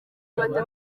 abana